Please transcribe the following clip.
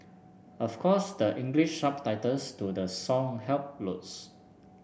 of course the English subtitles to the song helped loads